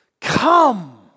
Come